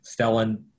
stellan